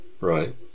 right